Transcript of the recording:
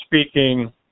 speaking